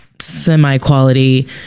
semi-quality